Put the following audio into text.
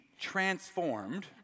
transformed